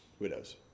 widows